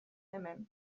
hemen